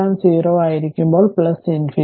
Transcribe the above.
t0 ആയിരിക്കുമ്പോൾ ∞